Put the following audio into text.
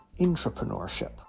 entrepreneurship